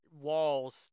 walls